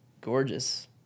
Gorgeous